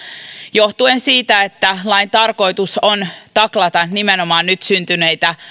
johtuen siitä että lain tarkoitus on taklata nimenomaan nyt syntyneitä